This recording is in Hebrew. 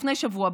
לפני שבוע,